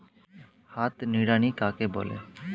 হাত নিড়ানি কাকে বলে?